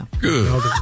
Good